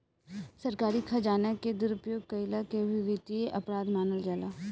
सरकारी खजाना के दुरुपयोग कईला के भी वित्तीय अपराध मानल जाला